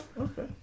okay